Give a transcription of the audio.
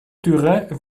dürre